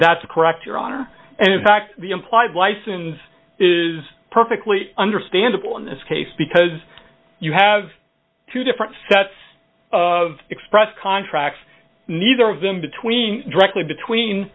that's correct your honor and in fact the implied license is perfectly understandable in this case because you have two different sets of express contracts neither of them between directly between